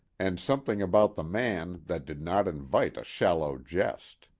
and something about the man that did not invite a shallow jest.